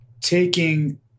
taking